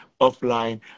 offline